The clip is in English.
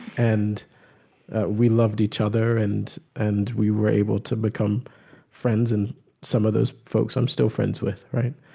and we loved each other and and we were able to become friends and some of those folks i'm still friends with. right?